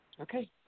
Okay